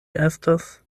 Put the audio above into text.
estas